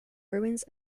ruins